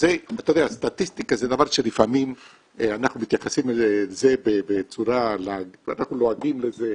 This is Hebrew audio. סטטיסטיקה זה דבר שלפעמים אנחנו מתייחסים ולועגים לזה,